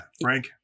frank